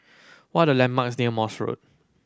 what are the landmarks near Morse Road